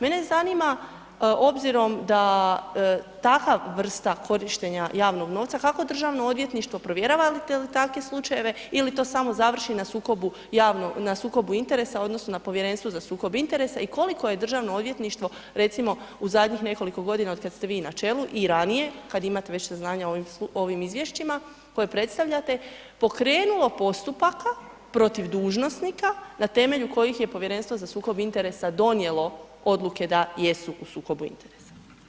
Mene zanima obzirom da takva vrsta korištenja javnog novca kako Državno odvjetništvo provjeravate li takve slučajeve ili to samo završi na sukobu interesa odnosno na Povjerenstvu za sukob interesa i koliko je Državno odvjetništvo recimo u zadnjih nekoliko godina od kada ste vi na čelu i ranije, kada već imate saznanja o ovim izvješćima koje predstavljate pokrenulo postupaka protiv dužnosnika na temelju kojih je Povjerenstvo za sukob interesa donijelo odluke da jesu u sukobu interesa?